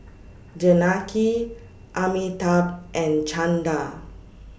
Janaki Amitabh and Chanda